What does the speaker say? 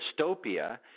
dystopia